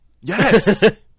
Yes